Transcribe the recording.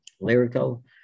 lyrical